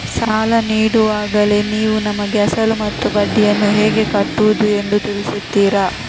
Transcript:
ಸಾಲ ನೀಡುವಾಗಲೇ ನೀವು ನಮಗೆ ಅಸಲು ಮತ್ತು ಬಡ್ಡಿಯನ್ನು ಹೇಗೆ ಕಟ್ಟುವುದು ಎಂದು ತಿಳಿಸುತ್ತೀರಾ?